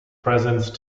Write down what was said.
presence